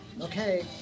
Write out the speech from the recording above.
Okay